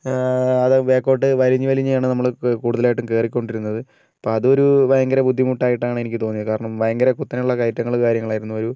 അത് ബാക്കോട്ടു വലിഞ്ഞു വലിഞ്ഞാണ് നമ്മൾ കൂടുതലായിട്ടും കയറിക്കൊണ്ടിരുന്നത് അതൊരു ഭയങ്കര ബുദ്ദിമുട്ടായിട്ടാണ് എനിക്ക് തോന്നിയത് കാരണം ഭയങ്കര കുത്തനെ ഉള്ള കയറ്റങ്ങൾ കാര്യങ്ങളായിരുന്നു ഒരു